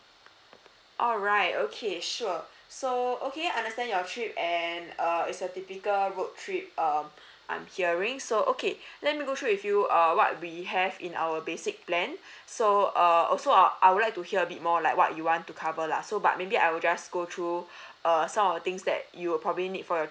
alright okay sure so okay understand your trip and err it's a typical work trip um I'm hearing so okay let me go through with you uh what we have in our basic plan so uh also uh I would like to hear a bit more like what you want to cover lah so but maybe I will just go through err some of the things that you'll probably need for your